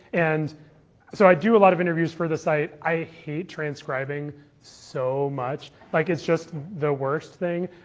and so i do a lot of interviews for the site. i hate transcribing so much. like it's just the worst thing.